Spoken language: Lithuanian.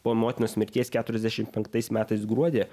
po motinos mirties keturiasdešim penktais metais gruodį